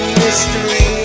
mystery